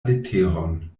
leteron